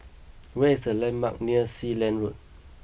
where is the landmarks near Sealand Road